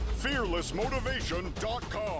FearlessMotivation.com